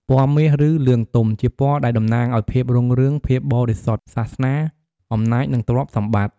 ពណ៌មាស ឬ លឿងទុំ ជាពណ៌ដែលតំណាងឱ្យ ភាពរុងរឿង ភាពបរិសុទ្ធ (សាសនា) អំណាច និង ទ្រព្យសម្បត្តិ។